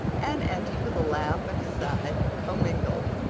anne ended with a laugh and a sigh commingled.